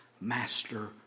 master